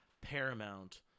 Paramount